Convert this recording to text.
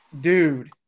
dude